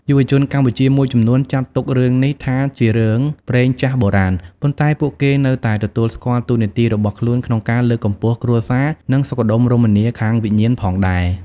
យុវជនកម្ពុជាមួយចំនួនចាត់ទុករឿងនេះថាជារឿងព្រេងចាស់បុរាណ ប៉ុន្តែពួកគេនៅតែទទួលស្គាល់តួនាទីរបស់ខ្លួនក្នុងការលើកកម្ពស់គ្រួសារ និងសុខដុមរមនាខាងវិញ្ញាណផងដែរ។